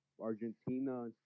Argentina